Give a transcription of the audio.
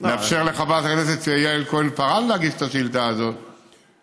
נאפשר לחברת הכנסת יעל כהן-פארן להגיש את השאילתה הזאת,